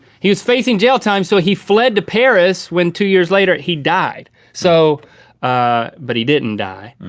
he was facing jail time, so he fled to paris, when two years later, he died. so ah but he didn't die.